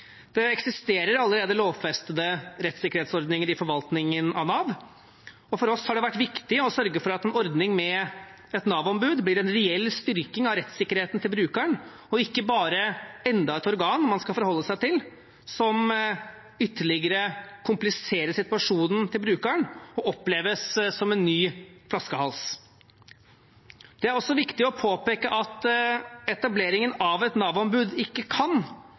Det eksisterer allerede lovfestede rettssikkerhetsordninger i forvaltningen av Nav, og for oss har det vært viktig å sørge for at en ordning med et Nav-ombud blir en reell styrking av rettssikkerheten til brukeren og ikke bare enda et organ man skal forholde seg til, som ytterligere kompliserer situasjonen til brukeren og oppleves som en ny flaskehals. Det er også viktig å påpeke at etableringen av et Nav-ombud ikke kan